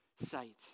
sight